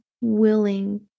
willing